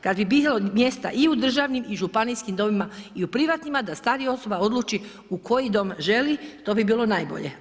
Kad bi bilo mjesta i u državnim i županijskim domovima i u privatnima da starija osoba odluči u koji dom želi to bi bilo najbolje.